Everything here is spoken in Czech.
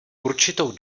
určitou